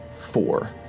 four